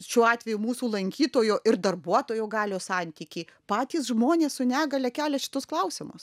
šiuo atveju mūsų lankytojo ir darbuotojo galios santykį patys žmonės su negalia kelia šitus klausimus